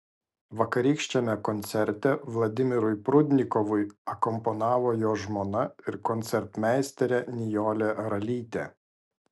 vakarykščiame koncerte vladimirui prudnikovui akompanavo jo žmona ir koncertmeisterė nijolė ralytė